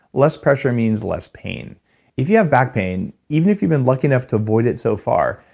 less pressure means less pain if you have back pain, even if you've been lucky enough to avoid it so far.